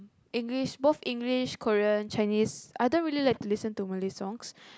English both English Korean Chinese I don't really like to listen to Malay songs